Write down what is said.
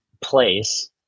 place